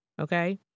okay